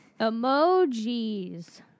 emojis